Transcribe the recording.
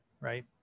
right